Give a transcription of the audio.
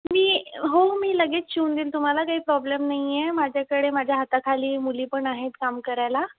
मी हो मी लगेच शिवून देईल तुम्हाला काही प्रॉब्लेम नाही आहे माझ्याकडे माझ्या हाताखाली मुली पण आहेत काम करायला